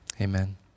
Amen